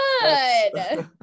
good